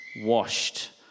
washed